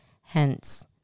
Hence